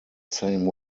same